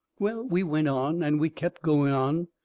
well, we went on, and we kept going on,